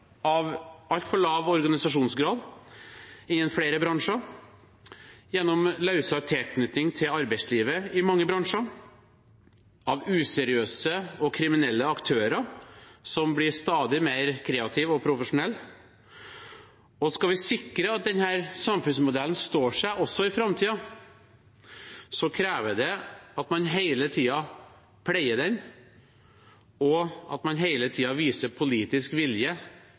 av altfor lav organisasjonsgrad innen flere bransjer, gjennom løsere tilknytning til arbeidslivet i mange bransjer og av useriøse og kriminelle aktører som blir stadig mer kreative og profesjonelle. Skal vi sikre at denne samfunnsmodellen står seg også i framtiden, krever det at man hele tiden pleier den, og at man hele tiden viser politisk vilje